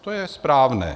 To je správné.